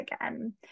again